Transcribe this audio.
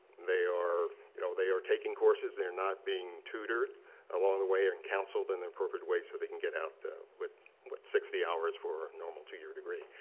they are you know they are taking courses, they are not being tutored along the way or and counseled in their perfect way so they can get out with with sixty hours for a normal two year degree.